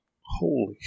holy